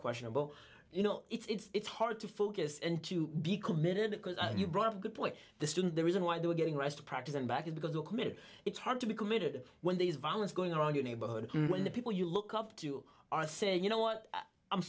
questionable you know it's hard to focus and to be committed because you brought up a good point the student the reason why they were getting arrested practice and back is because they're committed it's hard to be committed when these violence going around your neighborhood when the people you look up to are saying you know what i'm